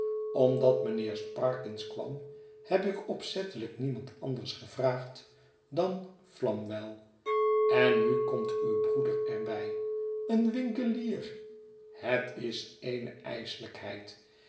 omdat mynheer sparkins kwam heb ik opzettelijk niemand anders gevraagd dan flamwell en nu komt uw broeder er bij een winkelier het is eene